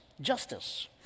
justice